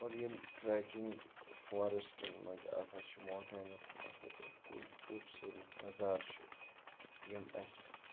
ارو ییٚلہِ ٹریکِنگ فارِسٹن منٛز آسان چھِ موٹینن کُن آسان خوبصورت نظارٕ چھُ یِم اَسہِ